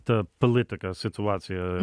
ta politikos situacija